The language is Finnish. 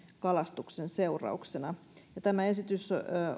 kalastuksen seurauksena tämä esitys